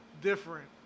different